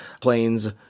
planes